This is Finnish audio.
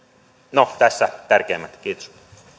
no tässä tärkeimmät kiitos